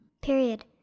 Period